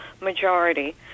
majority